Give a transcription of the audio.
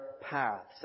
paths